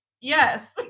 yes